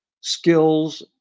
skills